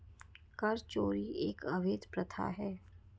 कर चोरी एक अवैध प्रथा है